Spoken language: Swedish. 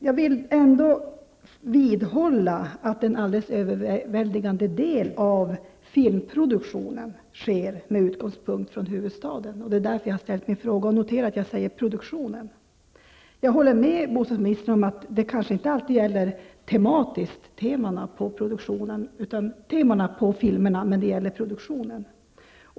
Jag vill ändå vidhålla att en alldeles överväldigande del av filmproduktionen sker med utgångspunkt i huvudstaden, och det är därför jag har ställt min fråga. Notera här att jag säger ''produktionen''. Jag håller med bostadsministern om att detta kanske inte alltid gäller tematiskt, vad beträffar temana för filmerna, men det gäller produktionen.